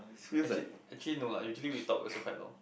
actually actually no lah usually we talk also quite long